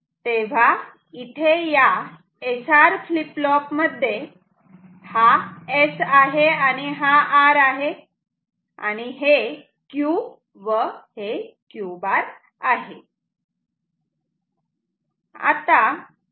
तेव्हा इथे या SR फ्लीप फ्लॉप मध्ये हा S आहे आणि हा R आहे आणि हे Q व हे Q बार आहे